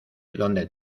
donde